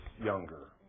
younger